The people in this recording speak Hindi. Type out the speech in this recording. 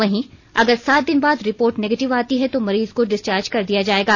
वहीं अगर सात दिन बाद रिपोर्ट निगेटिव आती है तो मरीज को डिस्चार्ज कर दिया जायेगा